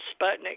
Sputnik